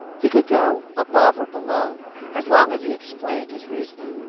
he could go above or below as long as he explained his reasoning